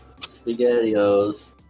spaghettios